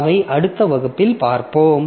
எனவே அடுத்தடுத்த வகுப்புகளில் பார்ப்போம்